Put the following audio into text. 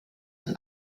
und